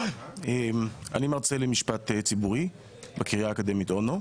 אני מרצה למשפט ציבורי בקריה האקדמית אונו.